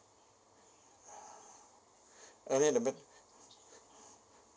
earlier the bet